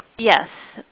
yes,